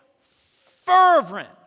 fervent